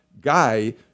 guy